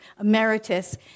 Emeritus